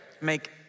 Make